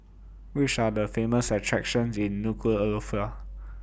Which Are The Famous attractions in Nuku'Alofa